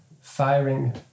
firing